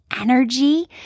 energy